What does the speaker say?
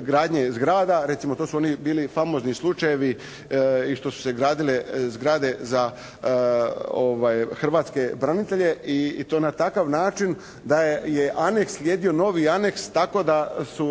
gradnje zgrada. Recimo to su bili oni famozni slučajevi i što su se gradile zgrade za hrvatske branitelje i to na takav način da je anex sljedio novi anex, tako da su